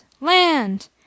Land